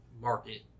market